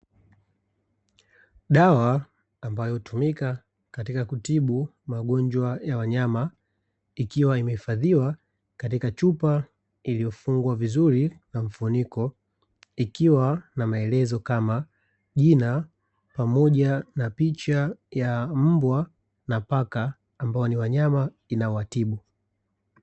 Dawa ambayo hutumika katika kutibu magonjwa ya wanyama, ikiwa imehifadhiwa katika chupa iliyofungwa vizuri na mfuniko, ikiwa na maelezo kama jina pamoja na picha ya mbwa na paka ambao ni wanyama inaowatibu.